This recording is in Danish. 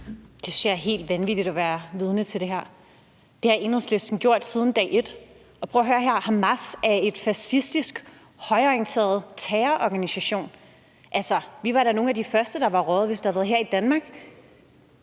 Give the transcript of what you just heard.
det er helt vanvittigt at være vidne til det her. Det har Enhedslisten gjort siden dag et. Og prøv at høre her: Hamas er en fascistisk højreorienteret terrororganisation. Altså, vi var da nogle af de første, der var røget, hvis